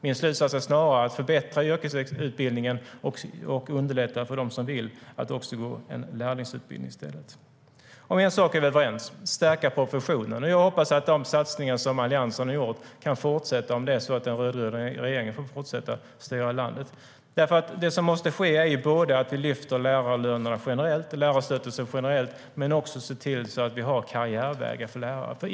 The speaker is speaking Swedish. Min slutsats är snarare att man ska förbättra yrkesutbildningen och underlätta för dem som i stället vill gå en lärlingsutbildning att göra det. En sak är vi överens om: att stärka professionen. Jag hoppas att de satsningar som Alliansen har gjort kan fortsätta om den rödgröna regeringen får fortsätta att styra landet. Det som måste ske är både att vi lyfter upp lärarlönerna generellt och lärarstatusen generellt och att vi ser till att det finns karriärvägar för lärare.